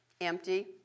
empty